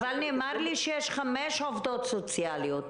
אבל נאמר לי שיש חמש עובדות סוציאליות.